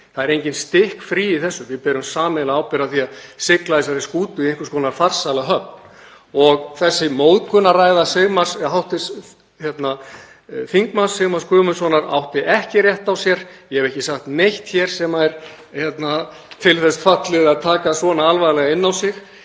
Það er enginn stikkfrí í þessu. Við berum sameiginlega ábyrgð á því að sigla þessari skútu í einhvers konar farsæla höfn. Þessi móðgunarræða hv. þm. Sigmars Guðmundssonar átti ekki rétt á sér. Ég hef ekki sagt neitt hér sem er til þess fallið að taka svona alvarlega inn á sig.